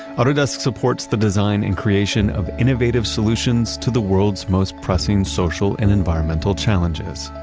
autodesk supports the design and creation of innovative solutions to the world's most pressing social and environmental challenges.